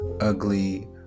ugly